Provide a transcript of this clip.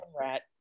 rat